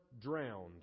drowned